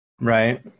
Right